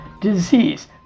disease